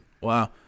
Wow